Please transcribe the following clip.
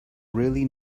really